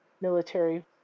military